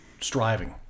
striving